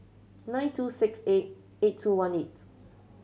nine two six eight eight two one eight